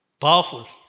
Powerful